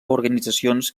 organitzacions